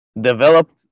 developed